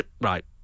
Right